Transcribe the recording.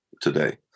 today